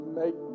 make